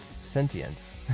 sentience